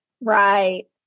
right